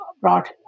brought